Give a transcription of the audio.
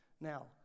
now